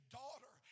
daughter